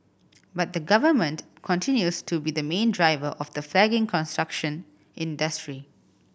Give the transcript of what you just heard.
but the Government continues to be the main driver of the flagging construction industry